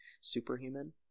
superhuman